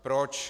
Proč?